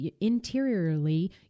Interiorly